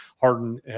Harden